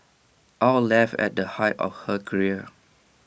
aw left at the height of her career